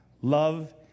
Love